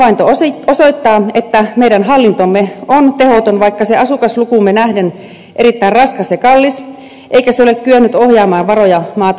tarkastajien havainto osoittaa että meidän hallintomme on tehoton vaikka se asukaslukuumme nähden on erittäin raskas ja kallis eikä se ole kyennyt ohjaamaan varoja maata hyödyttävällä tavalla